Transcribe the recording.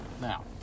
Now